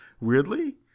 weirdly